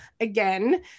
again